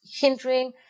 hindering